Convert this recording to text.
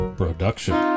production